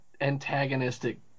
antagonistic